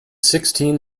sixteen